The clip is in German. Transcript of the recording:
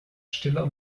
stiller